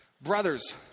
Brothers